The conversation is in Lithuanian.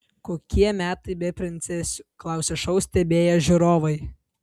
kokie metai be princesių klausė šou stebėję žiūrovai